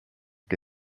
che